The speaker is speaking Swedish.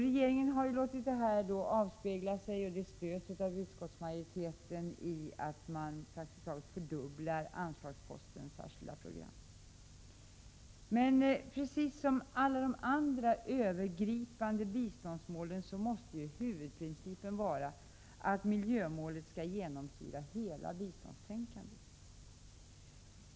Regeringen har låtit det avspegla sig — och det stöds av utskottsmajoriteten —- i det faktum att man praktiskt taget fördubblat anslagsposten Särskilda program. Men precis som när det gäller alla de andra övergripande biståndsmålen måste huvudprincipen här vara att miljömålet skall genomsyra hela biståndstänkandet.